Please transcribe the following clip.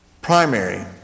primary